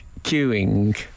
queuing